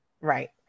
Right